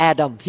Adam